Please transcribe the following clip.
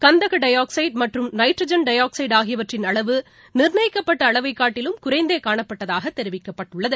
கந்தக டையாக்ஸைட் மற்றும் nitrogen dioxide ஆகியவற்றின் அளவு நிர்ணயிக்கப்பட்ட அளவை காட்டிலும் குறைந்தே காணப்பட்டதாக தெரிவிக்கப்பட்டுள்ளது